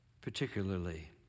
particularly